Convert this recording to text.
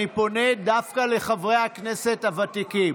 אני פונה דווקא לחברי הכנסת הוותיקים.